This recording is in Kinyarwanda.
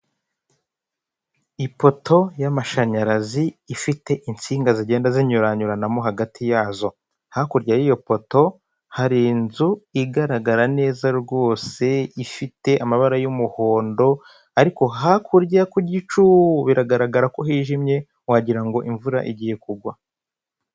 Ipoto y'amashanyarazi ifite insinga zigenda zinyuranyuranamo hagati yazo, hakurya y'iyo poto hari inzu igaragara neza rwose ifite amabara y'umuhondo ariko hakurya ku gicu biragaragara ko hijimye, wagirango ngo imvura igiye kugwa.